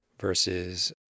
versus